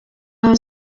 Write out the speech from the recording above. aha